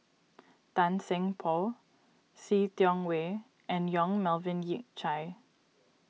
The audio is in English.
Tan Seng Poh See Tiong Wah and Yong Melvin Yik Chye